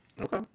Okay